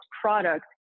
product